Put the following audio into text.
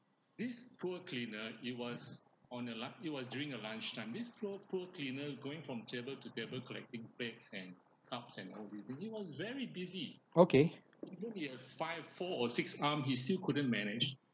okay